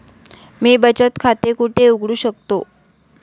मी बचत खाते कुठे उघडू शकतो?